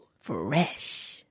Fresh